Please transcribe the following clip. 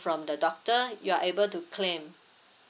from the doctor you are able to claim